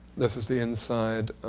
this is the inside.